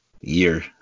year